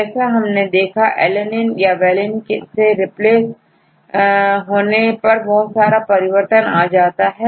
जैसे पहले हमने देखा alanine का valine से रिप्लेस होने पर बहुत सारा परिवर्तन आ जाता है